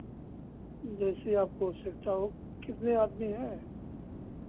जैसी आपको आवश्यकता हो कितने आदमी हैं